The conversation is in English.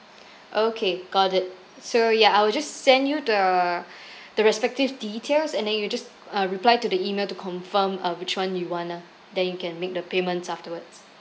okay got it so ya I will just send you the the respective details and then you just uh reply to the email to confirm uh which one you want lah then you can make the payments afterwards